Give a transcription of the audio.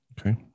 Okay